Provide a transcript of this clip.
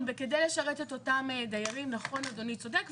וכדי לשרת את אותם דיירים, נכון, אדוני צודק.